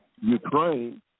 Ukraine